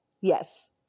Yes